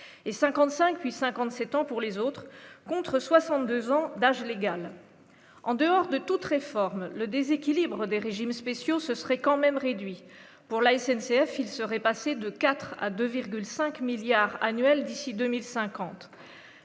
et 55 8 57 ans, pour les autres, contre 62 ans d'âge légal en dehors de toute réforme le déséquilibre des régimes spéciaux, ce serait quand même réduits pour la SNCF, il serait passé de 4 à 2,5 milliards annuels d'ici 2050